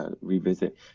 revisit